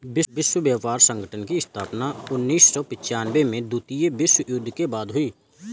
विश्व व्यापार संगठन की स्थापना उन्नीस सौ पिच्यानबें में द्वितीय विश्व युद्ध के बाद हुई